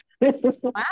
Wow